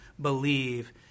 believe